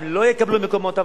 הם לא יקבלו מקומות עבודה.